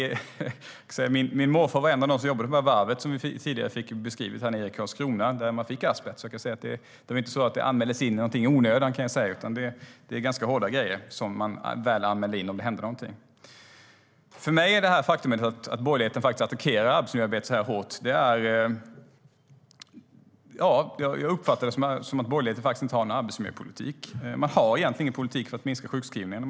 Min morfar var en av dem som jobbade på det varv i Karlskrona som vi fick beskrivet tidigare och där man fick asbest. Det var inte så att det anmäldes in någonting i onödan, kan jag säga, utan det är ganska hårda grejer som man anmäler in om det händer någonting. Borgerligheten attackerar arbetsmiljöarbetet hårt. Jag uppfattar det som att borgerligheten faktiskt inte har någon arbetsmiljöpolitik. Man har egentligen ingen politik för att minska sjukskrivningarna.